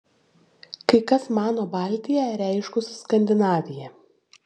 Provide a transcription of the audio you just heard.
kai kas mano baltia reiškus skandinaviją